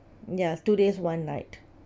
ya two days one night